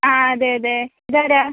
ആ അതെ അതെ ഇത് ആരാ